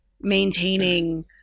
maintaining